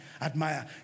admire